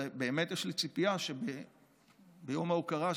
ובאמת יש לי ציפייה שביום ההוקרה,